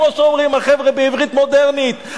כמו שאומרים החבר'ה בעברית מודרנית.